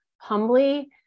humbly